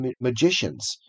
magicians